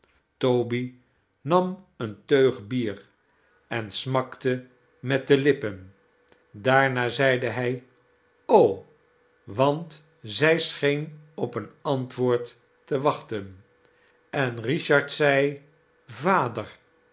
toby nam eene teug bier en smakte met de lippen daarna zeide hij want zij seheen op een antwoord te wachten en richard zei vader